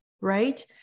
right